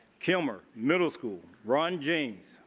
kilmer middle school. ron james.